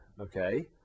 Okay